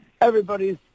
everybody's